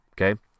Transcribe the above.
okay